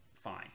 fine